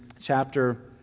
chapter